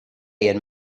and